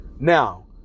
Now